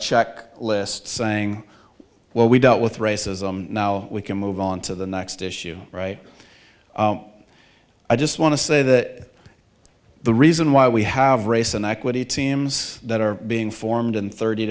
check list saying well we dealt with racism now we can move on to the next issue right i just want to say that the reason why we have race inequity teams that are being formed in thirty